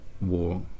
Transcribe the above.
war